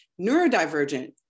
neurodivergent